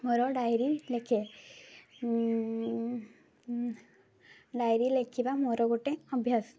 ମୋର ଡାଏରୀ ଲେଖେ ଡାଏରୀ ଲେଖିବା ମୋର ଗୋଟେ ଅଭ୍ୟାସ